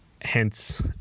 hence